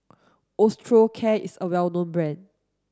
Osteocare is a well known brand